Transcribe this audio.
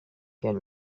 can